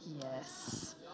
Yes